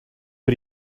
but